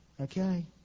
Okay